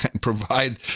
provide